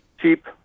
cheap